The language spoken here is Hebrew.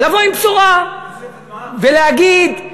לבוא עם בשורה, ולהגיד: